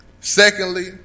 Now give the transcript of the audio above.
Secondly